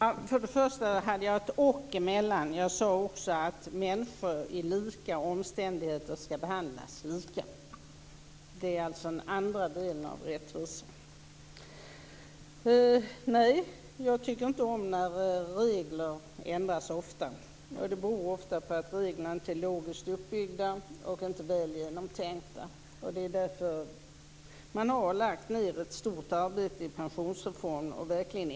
Herr talman! Först och främst hade jag ett och emellan. Jag sade att människor i lika omständigheter skall behandlas lika. Jag tycker inte om när regler ändras ofta. Det beror ofta på att reglerna inte är logiskt uppbyggda och inte är väl genomtänkta. Det är därför man har lagt ned ett stort arbete angående pensionsreformen.